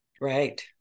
Right